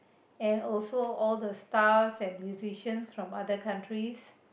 and also all the stars and musicians from other countries